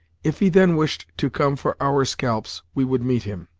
if he then wished to come for our scalps, we would meet him.